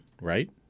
right